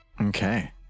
Okay